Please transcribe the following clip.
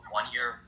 one-year